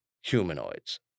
humanoids